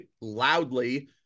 loudly